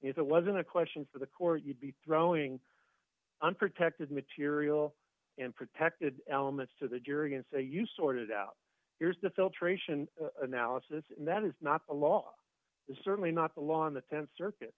if it wasn't a question for the court you'd be throwing unprotected material in protected elements to the jury and say you sort it out here's the filtration analysis that is not the law certainly not the law on the th circuit